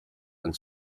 and